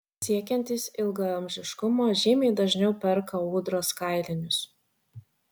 siekiantys ilgaamžiškumo žymiai dažniau perka ūdros kailinius